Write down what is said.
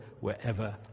wherever